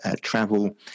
travel